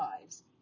lives